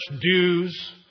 dues